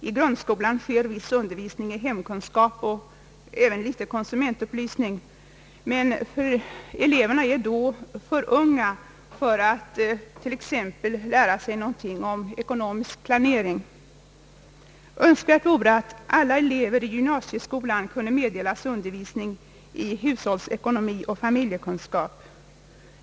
I grundskolan sker viss undervisning i hemkunskap och även en del konsumentupplysning, men eleverna är då för unga för att t.ex. lära sig någonting om ekonomisk planering. Jag Öönskar att alla elever i gymnasieskolan kunde meddelas undervisning i hushållsekonomi och familjekunskap.